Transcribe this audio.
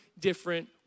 different